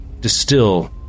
distill